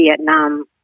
Vietnam